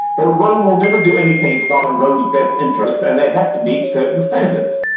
but rome will never do anything that's not in rome's best interest, and they have to meet certain standards,